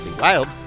wild